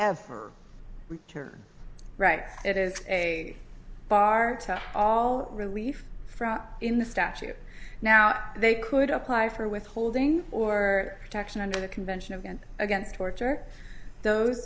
ever return right it is a bar to all relief from in the statute now they could apply for withholding or protection under the convention against against torture those